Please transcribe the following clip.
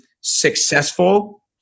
successful